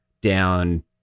down